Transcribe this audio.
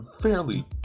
fairly